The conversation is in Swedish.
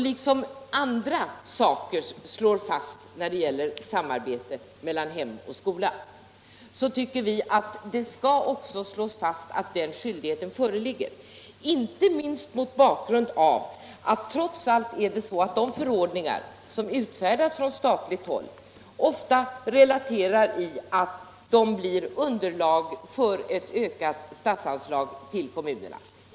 Liksom andra saker slås fast när det gäller samarbete mellan hem och skola tycker vi att det också skall slås fast att den skyldigheten föreligger — inte minst mot bakgrund av att de förordningar som utfärdas från statligt håll ofta blir underlag för ett ökat statsanslag till kommunerna.